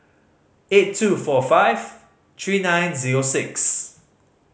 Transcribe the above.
eight two four five three nine zero six